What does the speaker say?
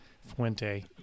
Fuente